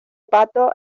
pato